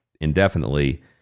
indefinitely